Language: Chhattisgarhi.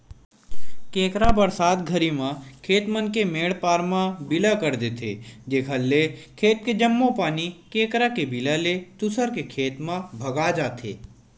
केंकरा बरसात घरी म खेत मन के मेंड पार म बिला कर देथे जेकर ले खेत के जम्मो पानी केंकरा के बिला ले दूसर के खेत म भगा जथे